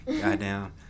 Goddamn